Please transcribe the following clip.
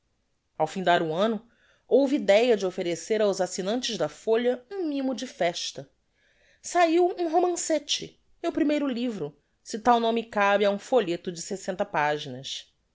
ao findar o anno houve idéa de offerecer aos assignantes da folha um mimo de festa sahiu um romancete meu primeiro livro se tal nome cabe á um folheto de sessenta paginas